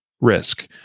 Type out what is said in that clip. risk